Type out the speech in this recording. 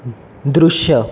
दृश्य